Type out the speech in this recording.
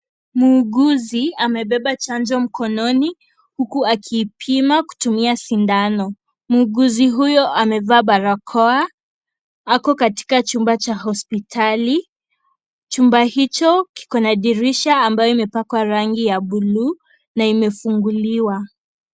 Muuguzi amebeba chanjo mkononi huku akiipima kutumia sindano. Muuguzi huyo amevaa barakoa. Ako katika chumba cha hospitali. Chumba hicho kiko na dirisha ambayo imepakwa rangi ya bluu na imefunguliwa.